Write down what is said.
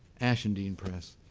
ashendene press.